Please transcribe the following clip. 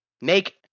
make